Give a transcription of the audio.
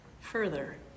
further